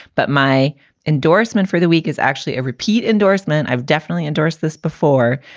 but my endorsement for the week is actually a repeat endorsement. i've definitely endorsed this before,